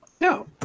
No